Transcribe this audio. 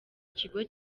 kigo